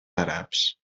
àrabs